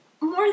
more